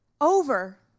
over